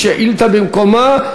היא שאילתה במקומה,